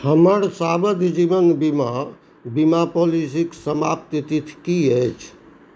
हमर सावधि जीवन बीमा बीमा पॉलिसीक समाप्ति तिथि की अछि